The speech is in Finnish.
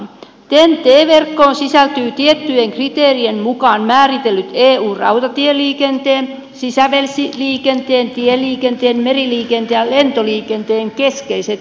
ten t verkkoon sisältyvät tiettyjen kriteerien mukaan määritellyt eun rautatieliikenteen sisävesiliikenteen tieliikenteen meriliikenteen ja lentoliikenteen keskeiset yhteydet